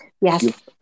yes